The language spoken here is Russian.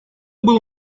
был